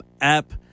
app